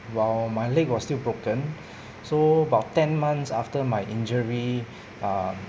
while my leg was still broken so about ten months after my injury err